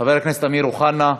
חבר הכנסת אמיר אוחנה,